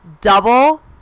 double